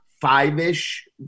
five-ish